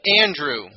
Andrew